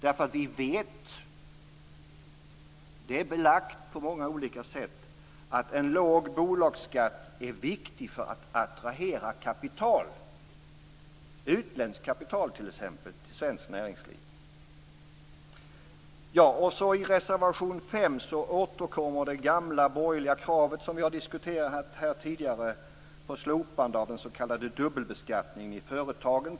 Vi vet nämligen - det är belagt på många olika sätt - att en låg bolagsskatt är viktig för att attrahera kapital, t.ex. utländskt kapital, till svenskt näringsliv. I reservation 5 återkommer det gamla borgerliga kravet, som vi har diskuterat här tidigare, på slopande av den s.k. dubbelbeskattningen av företagen.